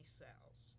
cells